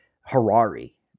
Harari